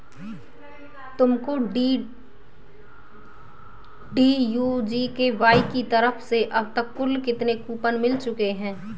तुमको DDU GKY की तरफ से अब तक कुल कितने कूपन मिल चुके हैं?